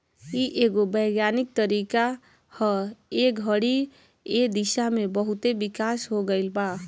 इ एगो वैज्ञानिक तरीका ह ए घड़ी ए दिशा में बहुते विकास हो गईल बा